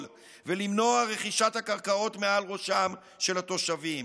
ולמנוע את רכישת הקרקעות מעל ראשם של התושבים.